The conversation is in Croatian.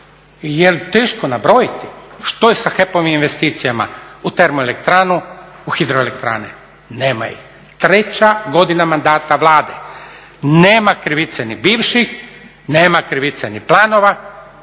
Jel teško nabrojiti što je sa HEP-ovim investicijama u termoelektranu, u hidroelektrane? Nema ih. Treća godina mandata Vlade, nema krivice ni bivših, nema krivice ni planova.